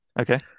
Okay